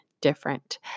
different